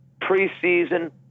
preseason